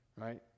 right